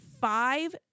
five